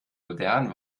modern